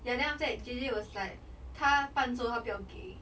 ya then after that jay jay was like 他伴奏他不要给